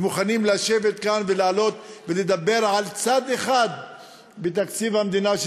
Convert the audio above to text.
ומוכנים לשבת כאן ולדבר על צד אחד בתקציב המדינה,